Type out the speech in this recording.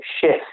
shift